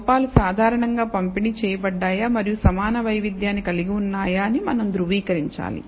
లోపాలు సాధారణంగా పంపిణీ చేయబడ్డాయా మరియు సమాన వైవిధ్యాన్ని కలిగివున్నాయా అని మనం ధృవీకరించాలి